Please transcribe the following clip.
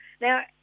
Now